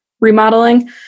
remodeling